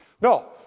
No